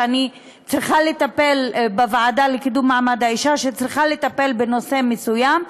כשאני צריכה לטפל בוועדה לקידום מעמד האישה בנושא מסוים,